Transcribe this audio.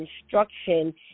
instruction